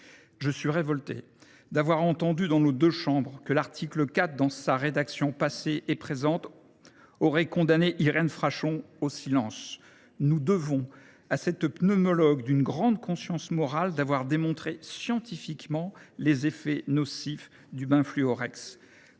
Je suis révolté d’avoir entendu dire dans les deux chambres que l’article 4, dans ses diverses rédactions, aurait condamné Irène Frachon au silence. Nous devons à cette pneumologue d’une grande conscience morale d’avoir démontré scientifiquement les effets nocifs du Benfluorex.